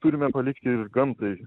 turime palikti ir gamtai